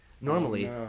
normally